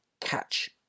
catch